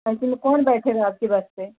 ऐसे में कौन बैठेगा आपकी बस पर